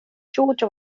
georgia